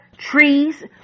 trees